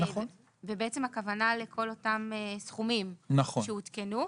בעצם הכוונה לכל אותם סכומים שעודכנו.